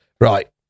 Right